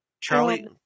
charlie